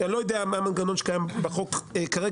אני לא יודע מה המנגנון שקיים בחוק כרגע,